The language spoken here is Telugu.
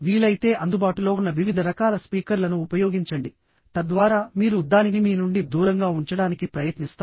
వీలైతే అందుబాటులో ఉన్న వివిధ రకాల స్పీకర్లను ఉపయోగించండి తద్వారా మీరు దానిని మీ నుండి దూరంగా ఉంచడానికి ప్రయత్నిస్తారు